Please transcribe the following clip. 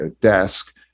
desk